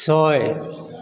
ছয়